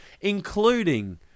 including